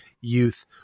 youth